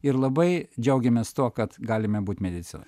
ir labai džiaugiamės tuo kad galime būti medicinoj